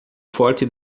forte